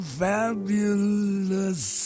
fabulous